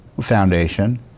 Foundation